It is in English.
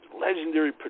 legendary